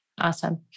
Awesome